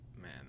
Man